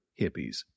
hippies